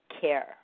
care